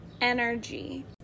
energy